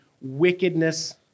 wickedness